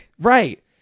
right